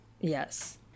Yes